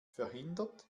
verhindert